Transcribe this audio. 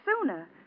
sooner